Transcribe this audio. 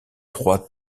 trois